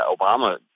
Obama